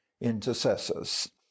intercessors